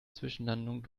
zwischenlandungen